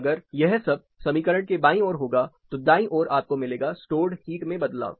अगर यह सब समीकरण के बायीं ओर होगा तो दाईं ओर आपको मिलेगा स्टॉर्ड हीट में बदलाव